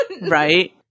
Right